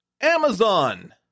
Amazon